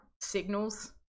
signals